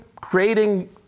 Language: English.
creating